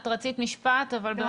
את רצית משפט, אבל באמת משפט.